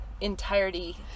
entirety